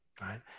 right